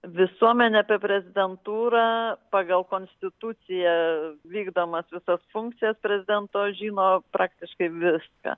visuomenė apie prezidentūrą pagal konstituciją vykdomas visas funkcijas prezidento žino praktiškai viską